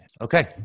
Okay